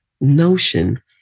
notion